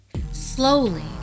Slowly